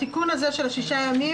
התיקון הזה של שישה ימים,